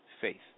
faith